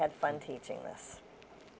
had fun teaching this